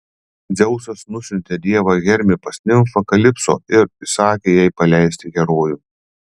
dzeusas nusiuntė dievą hermį pas nimfą kalipso ir įsakė jai paleisti herojų